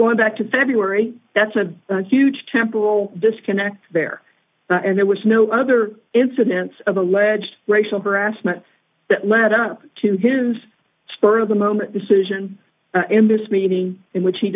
going back to february that's a huge temple disconnect there and there was no other incidents of alleged racial harassment that led up to his spur of the moment decision in this meeting in which he